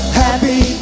happy